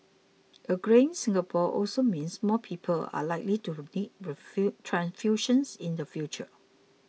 a greying Singapore also means more people are likely to need transfusions in the future